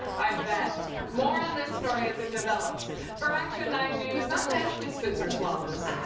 i bet more on this story as it develops for action nine news i'm ashley spitzer-swallows.